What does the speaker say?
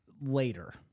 later